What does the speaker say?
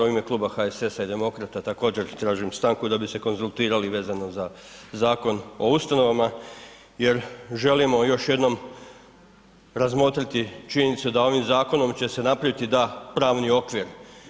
U ime kluba HSS-a i Demokrata također tražim stanku da bi se konzultirali vezano za Zakon o ustanovama jer želimo još jednom razmotriti činjenicu da ovim zakonom će se napraviti i da pravni okvir.